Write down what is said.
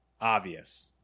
obvious